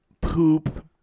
poop